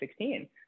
2016